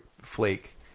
flake